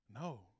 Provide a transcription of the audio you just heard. No